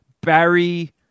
Barry